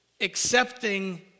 accepting